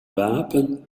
wapen